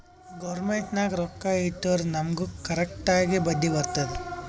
government ನಾಗ್ ರೊಕ್ಕಾ ಇಟ್ಟುರ್ ನಮುಗ್ ಕರೆಕ್ಟ್ ಆಗಿ ಬಡ್ಡಿ ಬರ್ತುದ್